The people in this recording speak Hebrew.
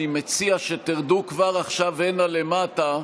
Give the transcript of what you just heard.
אני מציע שתרדו כבר עכשיו הנה למטה,